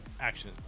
Action